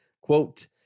Quote